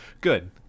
Good